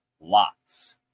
lots